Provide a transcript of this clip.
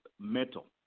metal